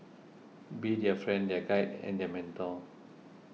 be their friend their guide and their mentor